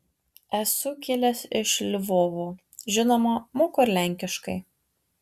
esu kilęs iš lvovo žinoma moku ir lenkiškai